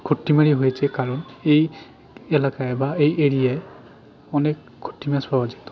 খট্টিমারি হয়েছে কারণ এই এলাকায় বা এই এরিয়ায় অনেক খট্টি ঘাস পাওয়া যেত